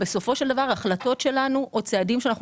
ובסופו של דבר ההחלטות שלנו או צעדים שאנחנו